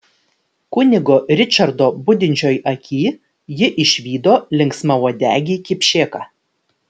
kunigo ričardo budinčioj aky ji išvydo linksmauodegį kipšėką